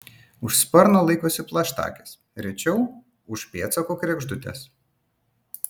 už sparno laikosi plaštakės rečiau už pėdsako kregždutės